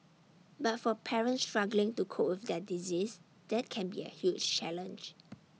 but for parents struggling to cope with their disease that can be A huge challenge